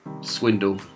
swindle